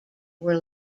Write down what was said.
were